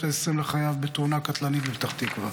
העשרים לחייו בתאונה קטלנית בפתח תקווה,